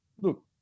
look